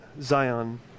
Zion